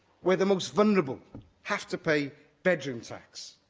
where the most vulnerable have to pay bedroom tax.